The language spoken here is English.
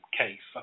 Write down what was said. case